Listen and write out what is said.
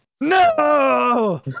no